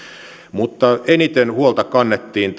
mutta eniten huolta kannettiin